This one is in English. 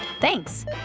Thanks